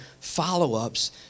follow-ups